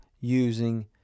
using